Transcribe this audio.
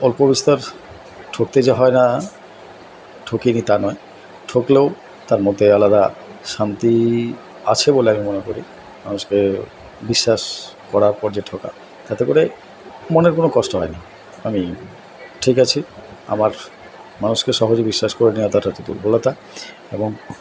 অল্প বিস্তর ঠকতে যে হয় না ঠকি নি তা নয় ঠকলেও তার মধ্যে আলাদা শান্তি আছে বলে আমি মনে করি মানুষকে বিশ্বাস করার পর যে ঠকা তাতে করে মনে কোনো কষ্ট হয় না আমি ঠিক আছি আমার মানুষকে সহজে বিশ্বাস করে নেওয়াটা হচ্ছে দুর্বলতা এবং